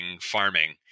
farming